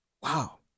Wow